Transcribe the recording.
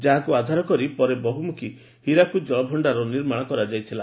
ଯାହାକୁ ଆଧାର କରି ପରେ ବହ୍ବମୁଖୀ ହୀରାକୁଦ ଜଳଭଣ୍ତାର ନିର୍ମାଣ କରାଯାଇଥିଲା